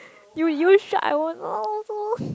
you you shut up I won't